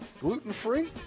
Gluten-free